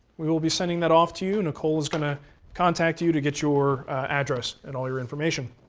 we will be sending that off to you. nicole is going to contact you you to get your address and all your information.